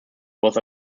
was